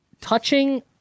touching